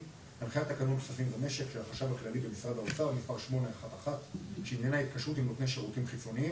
עוד יותר לגבי פרוטוקול ועדת ההשקעות וכו',